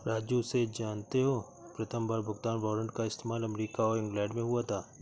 राजू से जानते हो प्रथमबार भुगतान वारंट का इस्तेमाल अमेरिका और इंग्लैंड में हुआ था